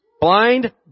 Blind